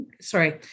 Sorry